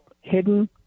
hidden